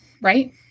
Right